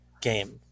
game